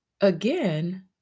again